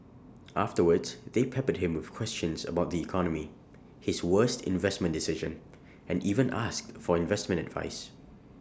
afterwards they peppered him with questions about the economy his worst investment decision and even asked for investment advice